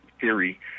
theory